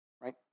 right